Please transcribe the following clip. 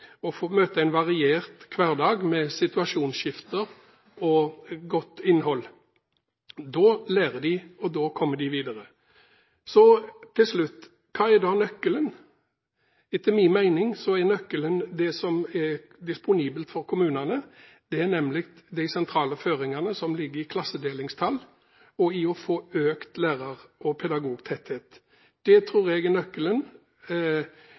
få møte en variert hverdag med situasjonsskifter og godt innhold. Da lærer de, og da kommer de videre. Så til slutt: Hva er da nøkkelen? Etter min mening er nøkkelen det som er disponibelt for kommunene. Det er de sentrale føringene som ligger i klassedelingstall, og i å få økt lærer- og pedagogtetthet. Det tror jeg er nøkkelen.